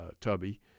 Tubby